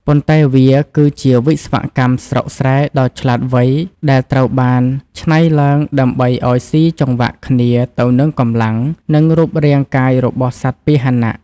ប៉ុន្តែវាគឺជាវិស្វកម្មស្រុកស្រែដ៏ឆ្លាតវៃដែលត្រូវបានច្នៃឡើងដើម្បីឱ្យស៊ីចង្វាក់គ្នាទៅនឹងកម្លាំង និងរូបរាងកាយរបស់សត្វពាហនៈ។